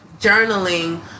journaling